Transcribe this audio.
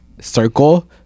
circle